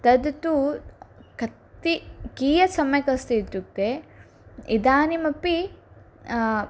तत्तु कति कीयत् सम्यक् अस्ति इत्युक्ते इदानीमपि